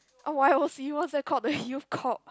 oh Y_O_C what's that called the youth corp ah